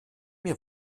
mir